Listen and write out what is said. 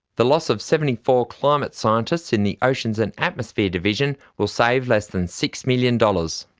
the loss of seventy four climate scientists in the oceans and atmosphere division will save less than six million dollars.